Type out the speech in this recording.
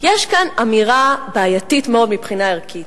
יש כאן אמירה בעייתית מאוד מבחינה ערכית.